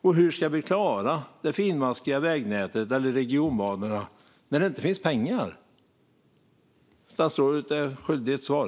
Och hur ska vi klara det finmaskiga vägnätet eller regionbanorna när det inte finns pengar? Statsrådet är skyldig mig ett svar.